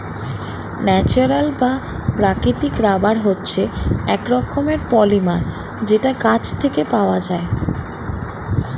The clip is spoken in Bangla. ন্যাচারাল বা প্রাকৃতিক রাবার হচ্ছে এক রকমের পলিমার যেটা গাছ থেকে পাওয়া যায়